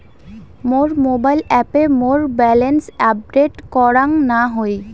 মোর mobile অ্যাপে মোর balance update করাং না হই